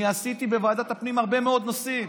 אני עשיתי בוועדת הפנים הרבה מאוד נושאים,